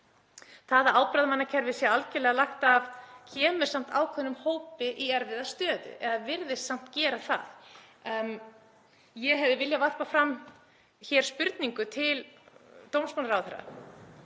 Það að ábyrgðarmannakerfið sé algerlega lagt af kemur samt ákveðnum hópi í erfiða stöðu eða virðist gera það. Ég hefði viljað varpa fram hér spurningu til dómsmálaráðherra